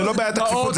זה לא בעיית הכפיפות,